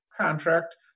contract